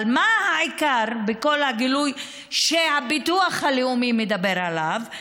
אבל מה העיקר בכל הגילוי שהביטוח הלאומי מדבר עליו?